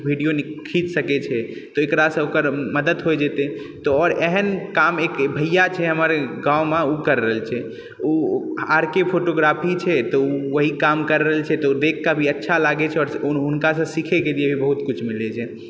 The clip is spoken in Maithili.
भीडियो खीच सकैत छै एकरासँ ओकर मदद होइ जेतय आओर एहन काम एक भैआ छै हमर गाँवमे ओ कर रहल छै ओ आर के फोटोग्राफी छै तऽ ओ वही काम कए रहल छै तऽ देखकऽ भी अच्छा लागैत छै आओर हुनकासँ सीखयलऽ बहुत कुछ मिलैत छै